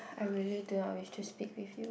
I really do not with to speak with you